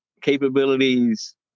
capabilities